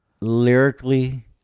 lyrically